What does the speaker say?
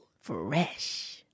Fresh